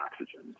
oxygen